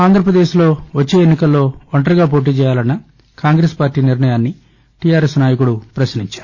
ఆంధ్రాపదేశ్లో వచ్చే ఎన్నికల్లో ఒంటరిగా పోటీ చేయాలన్న కాంగ్రెస్ పార్టీ నిర్ణయాన్ని టిఆర్ఎస్ నాయకుడు పశ్నించారు